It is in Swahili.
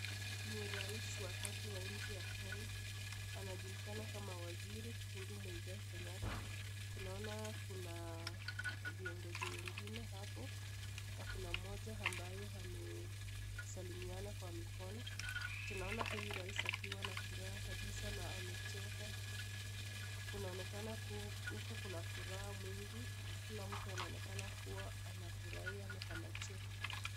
Ni rais wa tatu wa nchi ya Kenya, anajulikana kama waziri Uhuru Muigai Kenyatta. Tunaona kuna viongozi wengine hapo na kuna mmoja ambaye amesalimiana kwa mikono. Tunaona huyu rais akiwa na furaha kabisa na amecheka. Kunaonekana huku kuna furaha mwingi, juu kila mtu anaonekana kuwa anafurahia na anacheka.